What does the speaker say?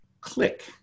click